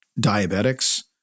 diabetics